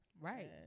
right